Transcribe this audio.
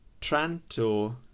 Tranto